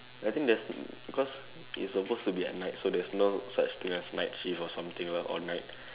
I think there's because it's supposed to be at night so there's no such thing as night shift or something lah or night